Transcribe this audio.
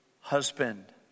husband